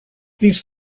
these